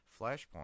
flashpoint